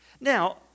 Now